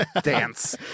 dance